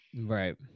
Right